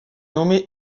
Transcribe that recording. nommé